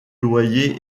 loyer